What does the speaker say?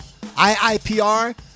IIPR